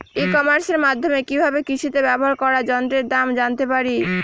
ই কমার্সের মাধ্যমে কি ভাবে কৃষিতে ব্যবহার করা যন্ত্রের দাম জানতে পারি?